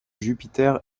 jupiter